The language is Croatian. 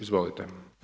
Izvolite.